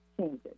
changes